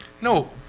no